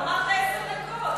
אמרת עשר דקות.